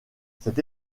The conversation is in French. cette